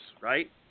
right